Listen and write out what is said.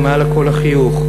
ומעל לכול החיוך,